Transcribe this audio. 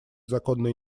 законные